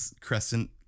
crescent